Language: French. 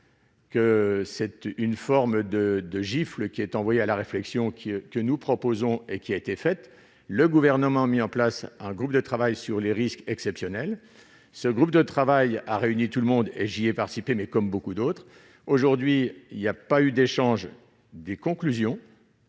Que cette une forme de de gifles qui est envoyé à la réflexion qui est que nous proposons et qui a été fait, le gouvernement mis en place un groupe de travail sur les risques exceptionnels, ce groupe de travail a réuni tout le monde, et j'y ai participé mais comme beaucoup d'autres, aujourd'hui il y a pas eu d'échange des conclusions.